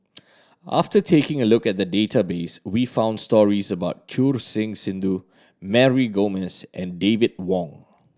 after taking a look at the database we found stories about Choor Singh Sidhu Mary Gomes and David Wong